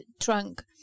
trunk